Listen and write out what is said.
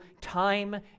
time